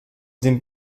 den